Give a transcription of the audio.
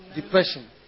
depression